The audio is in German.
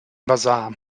basar